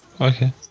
Okay